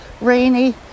rainy